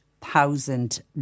thousand